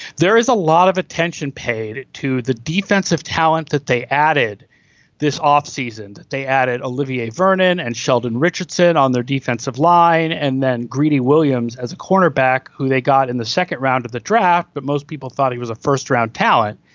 there is a lot of attention paid to the defensive talent that they added this offseason that they added olivier vernon and sheldon richardson on their defensive line and then greedy williams as a cornerback who they got in the second round of the draft. but most people thought he was a first round talent.